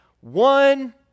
One